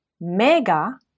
mega